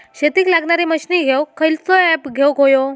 शेतीक लागणारे मशीनी घेवक खयचो ऍप घेवक होयो?